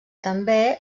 també